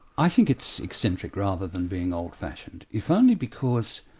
i think it's eccentric rather than being old-fashioned, if only because